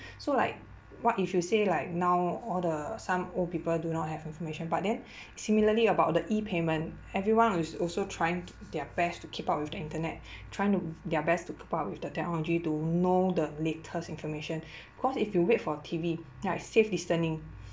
so like what if you say like now all the some old people do not have information but then similarly about the E-payment everyone is also trying their best to keep up with the internet trying to their best to keep up with the technology to know the latest information cause if you wait for T_V like safe distancing